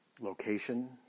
location